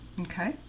Okay